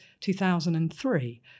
2003